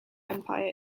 empire